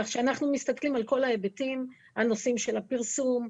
כך שאנחנו מסתכלים על כל ההיבטים: הנושאים של הפרסום,